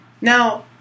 Now